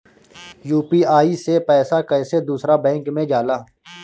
UPI से पैसा कैसे दूसरा बैंक मे जाला?